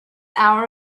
hour